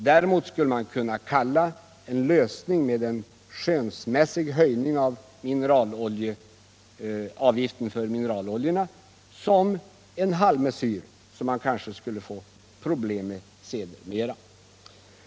Däremot skulle man kunna kalla en lösning med skönsmässig höjning av avgiften för mineraloljorna för en halvmesyr, som man kanske skulle få problem med sedermera.